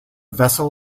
vessel